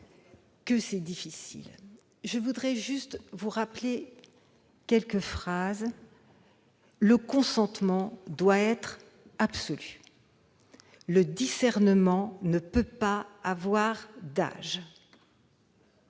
Je voudrais juste vous rappeler ces deux principes : le consentement doit être absolu et le discernement ne peut pas avoir d'âge.